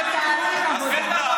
בית החולים באשדוד,